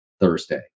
Thursday